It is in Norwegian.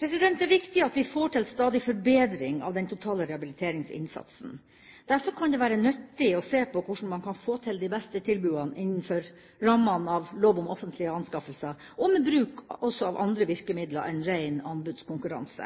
Det er viktig at vi får til stadig forbedring av den totale rehabiliteringsinnsatsen. Derfor kan det være nyttig å se på hvordan man kan få til de beste tilbudene innenfor rammene av lov om offentlige anskaffelser, og med bruk også av andre virkemidler enn rein anbudskonkurranse.